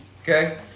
okay